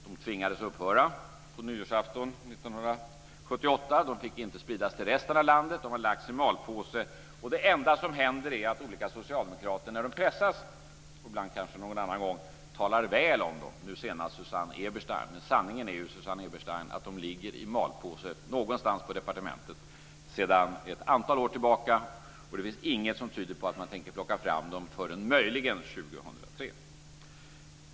De tvingades upphöra på nyårsafton 1978. De fick inte spridas till resten av landet. De har lagts i malpåse, och det enda som händer är att olika socialdemokrater när de pressas och ibland kanske någon annan gång talar väl om dem, nu senast Susanne Eberstein. Men sanningen är ju, Susanne Eberstein, att de ligger i malpåse någonstans på departementet sedan ett antal år tillbaka, och det finns inget som tyder på att man tänker plocka fram dem förrän möjligen 2003.